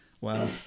wow